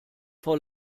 vor